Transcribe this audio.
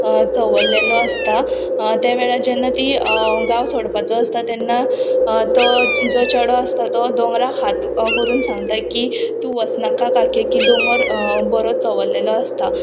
चंवल्लेलो आसता त्या वेळार जेन्ना ती गांव सोडपाचो आसता तेन्ना तो जो चेडो आसता तो दोंगराक हात करून सांगता की तूं वचनाका काके की दोंगर बरो चंवरलेलो आसता